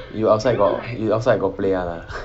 you outside got you outside got play one ah